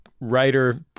writer